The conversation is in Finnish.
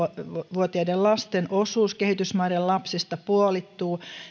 vuotiaiden lasten osuus kehitysmaiden lapsista puolittuu